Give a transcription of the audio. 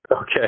Okay